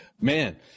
Man